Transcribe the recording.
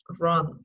run